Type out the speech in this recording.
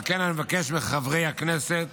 על כן אני מבקש מחברי הכנסת